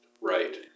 right